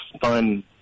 fun